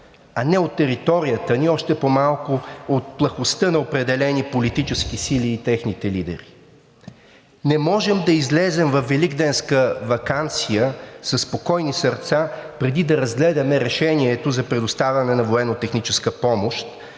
а не от територията ни, още по малко от плахостта на определени политически сили и техните лидери. Не можем да излезем във Великденска ваканция със спокойни сърца, преди да разгледаме решението за предоставяне на военнотехническа помощ